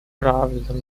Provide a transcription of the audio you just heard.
правильном